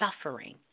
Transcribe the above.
suffering